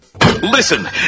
Listen